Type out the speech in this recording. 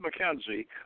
Mackenzie